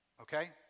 Okay